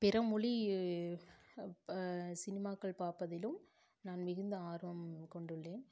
பிற மொழி ப சினிமாக்கள் பார்ப்பதிலும் நான் மிகுந்த ஆர்வம் கொண்டுள்ளேன்